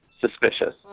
suspicious